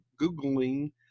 Googling